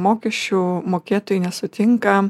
mokesčių mokėtojai nesutinka